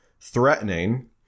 threatening